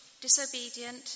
disobedient